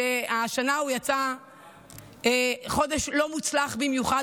שהשנה הוא יצא חודש לא מוצלח במיוחד,